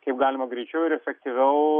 kaip galima greičiau ir efektyviau